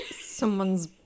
someone's